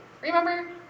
Remember